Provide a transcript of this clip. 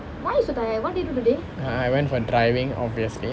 why is you so tired what did you do today err I went for driving obviously